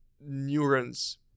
neurons